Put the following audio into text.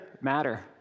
matter